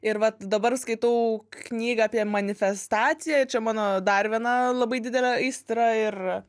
ir vat dabar skaitau knygą apie manifestaciją čia mano dar viena labai didelė aistra ir